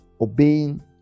obeying